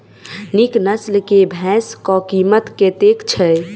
नीक नस्ल केँ भैंस केँ कीमत कतेक छै?